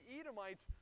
Edomites